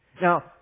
Now